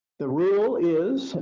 the rule is,